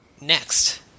Next